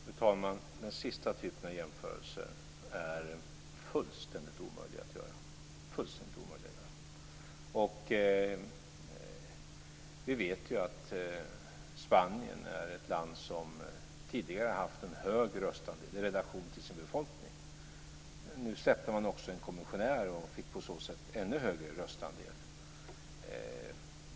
Fru talman! Den sista typen av jämförelser är fullständigt omöjlig att göra, fullständigt omöjlig. Vi vet att Spanien är ett land som tidigare har haft en hög röstandel i relation till sin befolkning. Nu tillsätter man också en kommissionär och får på så sätt en ännu högre röstandel.